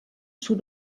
sud